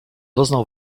doznał